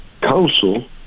council